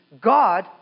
God